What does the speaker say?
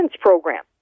program